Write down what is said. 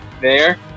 there-